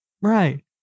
Right